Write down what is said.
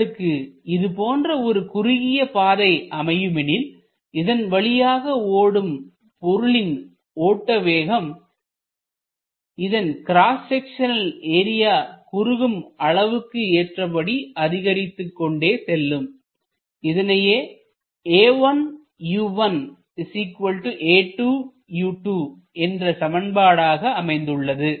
உங்களுக்கு இதுபோன்ற ஒரு குறுகிய பாதை அமையும் எனில் இதன் வழியாக ஓடும் பாய்மபொருளின் ஓட்டவேகம் இதன் கிராஸ் செக்சநல் ஏரியா குறுகும் அளவுக்கு ஏற்றபடி அதிகரித்துக்கொண்டே செல்லும் இதுவே என்ற சமன்பாடாகஅமைந்துள்ளது